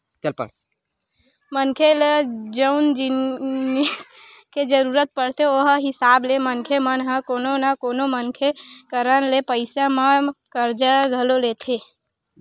मनखे ल जउन जिनिस के जरुरत पड़थे ओ हिसाब ले मनखे मन ह कोनो न कोनो मनखे करा ले पइसा म करजा घलो लेथे